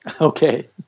Okay